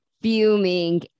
fuming